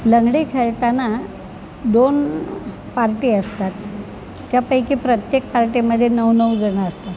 लंगडी खेळताना दोन पार्टी असतात त्यापैकी प्रत्येक पार्टीमध्ये नऊ नऊ जण असतात